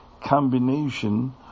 combination